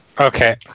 Okay